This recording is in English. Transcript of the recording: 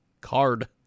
card